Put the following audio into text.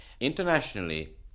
Internationally